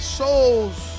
souls